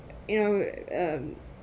you know um